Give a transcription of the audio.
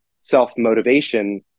self-motivation